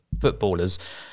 footballers